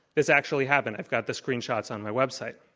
this actually happened, i've got the screenshots on my website.